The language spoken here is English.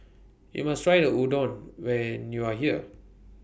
YOU must Try Udon when YOU Are here